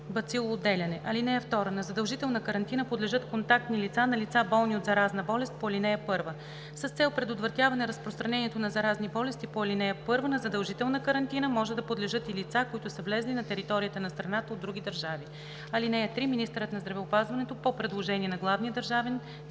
бацилоотделяне. (2) На задължителна карантина подлежат контактни лица на лица, болни от заразна болест по ал. 1. С цел предотвратяване разпространението на заразни болести по ал. 1 на задължителна карантина може да подлежат и лица, които са влезли на територията на страната от други държави. (3) Министърът на здравеопазването по предложение на главния държавен здравен